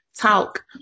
talk